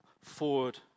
forward